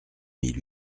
mille